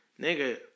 nigga